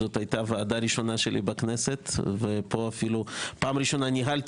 זאת הייתה הוועדה הראשונה שלי בכנסת וזו הפעם הראשונה שניהלתי